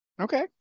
Okay